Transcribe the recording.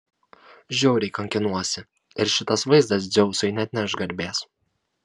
žiauriai kankinuosi ir šitas vaizdas dzeusui neatneš garbės